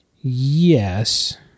Yes